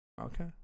Okay